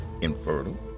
infertile